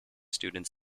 students